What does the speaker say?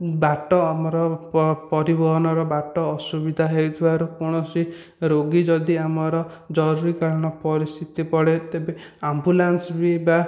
ବାଟ ଆମର ପରିବହନର ବାଟ ଅସୁବିଧା ହେଉଥିବାରୁ କୌଣସି ରୋଗୀ ଯଦି ଆମର ଜରୁରୀକାଳୀନ ପରିସ୍ଥିତି ପଡ଼େ ତେବେ ଆମ୍ବୁଲାନ୍ସ ବି ବା